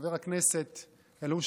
חבר הכנסת אלהואשלה,